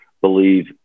believe –